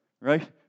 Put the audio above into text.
right